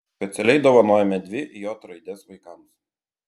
specialiai dovanojome dvi j raides vaikams